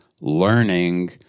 learning